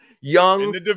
young